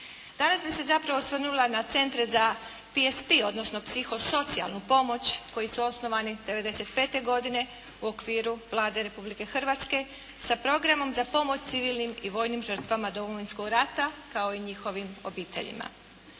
Danas bih se zapravo osvrnula na centre za PSP, odnosno psihosocijalnu pomoć koji su osnovani '95. godine u okviru Vlade Republike Hrvatske sa programom za pomoć civilnim i vojnim žrtvama Domovinskog rata kao i njihovim obiteljima.